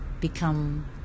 become